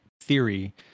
theory